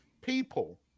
people